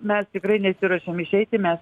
mes tikrai nesiruošiam išeiti mes